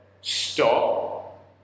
stop